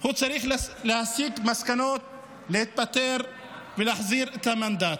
הוא צריך להסיק מסקנות, להתפטר ולהחזיר את המנדט.